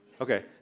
okay